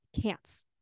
can'ts